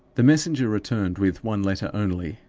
the messenger returned with one letter only,